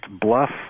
bluff